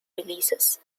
releases